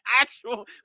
actual